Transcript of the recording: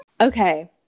Okay